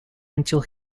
until